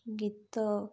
ଗୀତ